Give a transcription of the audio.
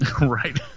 Right